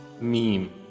Meme